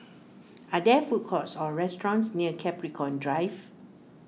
are there food courts or restaurants near Capricorn Drive